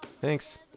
Thanks